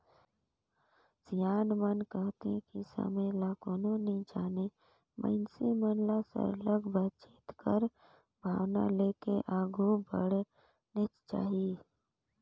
सियान मन कहथें कि समे ल कोनो नी जानें मइनसे मन ल सरलग बचेत कर भावना लेके आघु बढ़नेच चाही